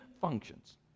functions